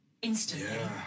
instantly